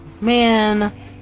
Man